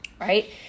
Right